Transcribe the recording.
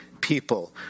people